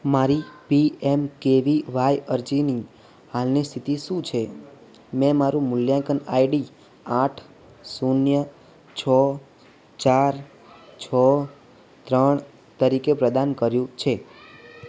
મારી P M K V Y અરજીની હાલની સ્થિતિ શું છે મેં મારું મૂલ્યાંકન આઈડી આઠ શૂન્ય છ ચાર છ ત્રણ તરીકે પ્રદાન કર્યું છે